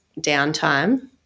downtime